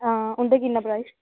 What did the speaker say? आं उंदा किन्ना प्राईज़